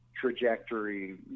trajectory